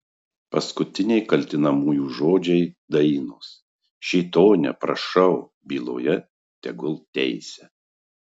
paskutiniai kaltinamųjų žodžiai dainos šėtone prašau byloje tegul teisia